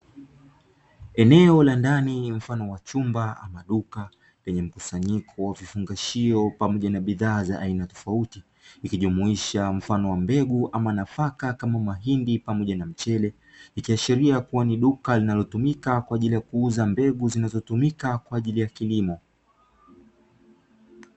Eneo la ndani mfano wa chumba ama duka, lenye mkusanyiko wa vifungashio pamoja na bidhaa za aina tofauti, ikijumuisha mafano wa mbegu ama nafaka kama mahindi pamoja na mchele, ikiashiria kuwa ni duka linalotumika kwa ajili ya kuuza mbegu zinazotumika kwa ajili ya kilimo.